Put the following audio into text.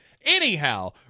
anyhow